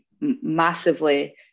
massively